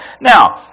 Now